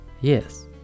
Yes